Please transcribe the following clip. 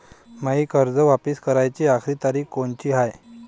मायी कर्ज वापिस कराची आखरी तारीख कोनची हाय?